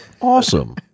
awesome